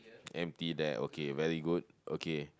empty that okay very good okay